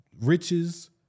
riches